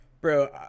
bro